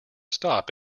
stop